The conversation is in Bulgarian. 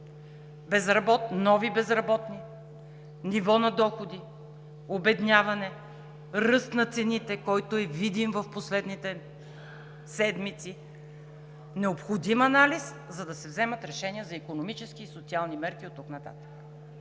кризата – нови безработни, ниво на доходи, обедняване, ръст на цените, който е видим в последните седмици, необходим анализ, за да се вземат решения за икономически и социални мерки оттук нататък.